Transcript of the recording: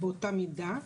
באותה מידה.